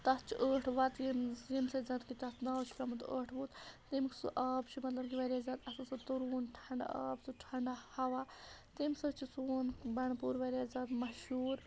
تَتھ چھِ ٲٹھ وَتہٕ یِم ییٚمہِ سۭتۍ زَن کہِ تَتھ ناو چھِ پیوٚمُت ٲٹھ وُتھ تَمیُک سُہ آب چھُ مطلب کہِ واریاہ زیادٕ اَصٕل سُہ تُروُن ٹھنٛڈٕ آب سُہ ٹھنٛڈٕ ہَوا تَمہِ سۭتۍ چھِ سون بَنٛڈپوٗر واریاہ زیادٕ مشہوٗر